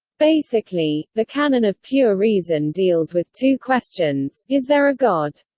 basically, the canon of pure reason deals with two questions is there a god?